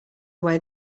away